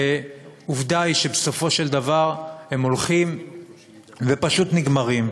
ועובדה היא שבסופו של דבר הם הולכים ופשוט נגמרים.